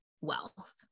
wealth